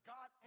God